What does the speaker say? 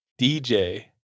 DJ